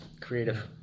Creative